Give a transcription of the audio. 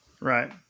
right